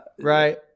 Right